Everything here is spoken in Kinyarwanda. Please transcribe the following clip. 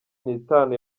n’itanu